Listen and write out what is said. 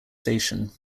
station